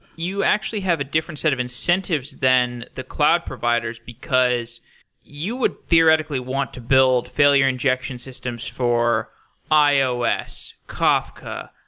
you actually have a different set of incentives than the cloud providers, because you would theoretically want to build failure injection systems for ios, kafka,